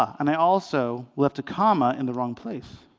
and i also left a comma in the wrong place.